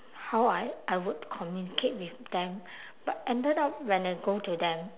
how I I would communicate with them but ended up when I go to them